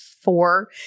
four